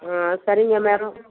ஆ சரிங்க மேடம்